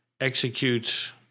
executes